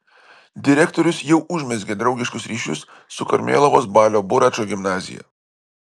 direktorius jau užmezgė draugiškus ryšius su karmėlavos balio buračo gimnazija